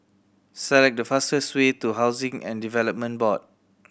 select the fastest way to Housing and Development Board